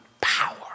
power